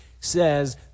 says